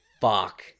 Fuck